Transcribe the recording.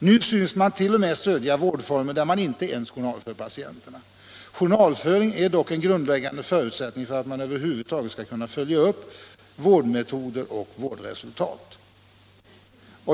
Nu synes man t.o.m. stödja vårdformer där patienterna inte ens journalförs. Journalföring är dock en grundläggande förutsättning för att man över huvud taget skall kunna följa upp vårdmetoder och vårdresultat.